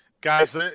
Guys